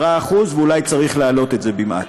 10%, ואולי צריך להעלות את זה במעט.